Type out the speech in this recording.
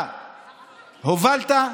אתה הובלת,